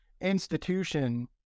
institution